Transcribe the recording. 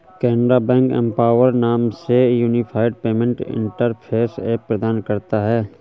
Canara bank empower नाम से unified payment interface app प्रदान करता हैं